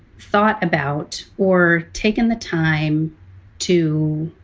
thought about or taken the time to